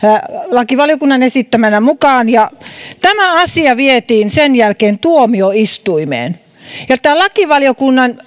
lakivaliokunnan esittämän mukaan ja tämä asia vietiin sen jälkeen tuomioistuimeen tämä lakivaliokunnan